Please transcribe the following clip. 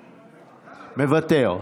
מוותר.